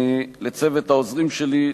לצוות העוזרים שלי,